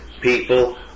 people